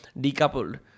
Decoupled